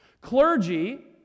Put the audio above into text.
Clergy